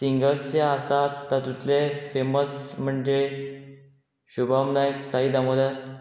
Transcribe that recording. singers जे आसात तातूंतले फेमस म्हणजे शुभम नायक साई दामोदर